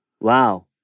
Wow